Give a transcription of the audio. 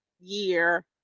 year